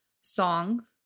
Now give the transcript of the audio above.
song